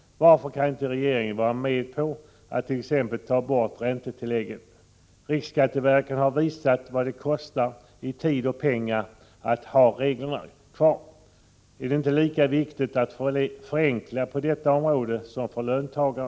Varför kan inte regeringen vara med på att t.ex. ta bort räntetilläggen? Riksskatteverket har visat vad det kostar i tid och pengar att ha reglerna kvar. Är det inte lika viktigt att förenkla på detta område som för löntagarna? Och Prot.